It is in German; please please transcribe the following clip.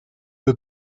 der